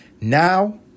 now